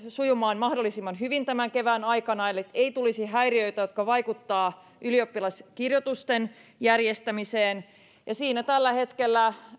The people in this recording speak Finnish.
sujumaan mahdollisimman hyvin tämän kevään aikana eli ei tulisi häiriöitä jotka vaikuttavat ylioppilaskirjoitusten järjestämiseen ja siinä tällä hetkellä